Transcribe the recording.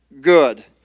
Good